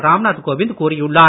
ராம்நாத் கோவிந்த் கூறியுள்ளார்